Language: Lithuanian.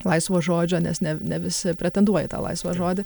laisvo žodžio nes ne ne visi pretenduoja į tą laisvą žodį